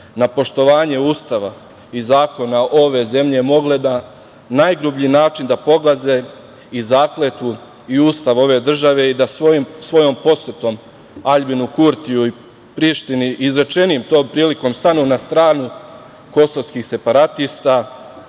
na poštovanje Ustava i zakona ove zemlje, mogle na najgrublji način da pogaze i zakletvu i Ustav ove države i da svojom posetom Aljbinu Kurtiju i Prištini izrečenim tom prilikom stanu na stranu kosovskih separatista